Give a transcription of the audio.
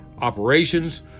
operations